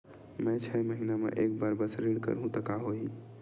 मैं छै महीना म एक बार बस ऋण करहु त का होही?